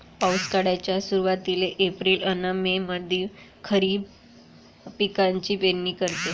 पावसाळ्याच्या सुरुवातीले एप्रिल अन मे मंधी खरीप पिकाची पेरनी करते